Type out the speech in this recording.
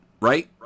right